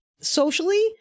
socially